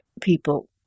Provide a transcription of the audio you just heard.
people